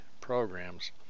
programs